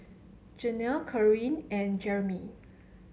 Jenelle Karyn and Jeremey